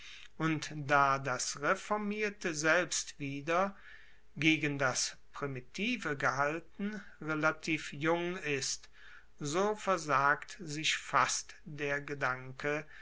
und da das reformierte selbst wieder gegen das primitive gehalten relativ jung ist so versagt sich fast der gedanke